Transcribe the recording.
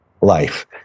life